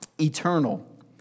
eternal